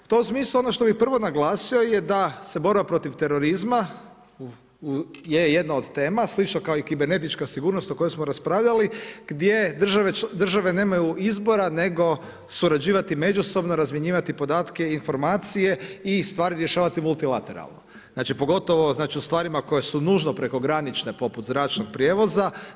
U tom smislu ono što bi prvo naglasio je da se borba protiv terorizma je jedna od tema, slično kao i kibernetička sigurnost o kojoj smo raspravljali gdje državne nemaju izbora nego surađivati međusobno, razmjenjivati podatke i informacije i stvari rješavati multilateralno, pogotovo o stvarima koje su nužno prekogranične poput zračnog prijevoza.